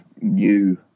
new